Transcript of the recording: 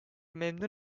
memnun